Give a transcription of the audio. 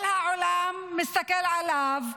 כל העולם מסתכל עליו,